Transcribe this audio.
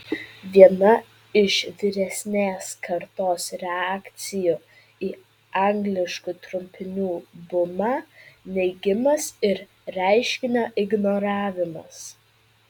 viena iš vyresnės kartos reakcijų į angliškų trumpinių bumą neigimas ir reiškinio ignoravimas